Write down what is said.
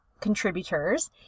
contributors